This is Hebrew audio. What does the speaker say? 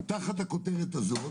תחת הכותרת הזאת,